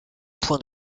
point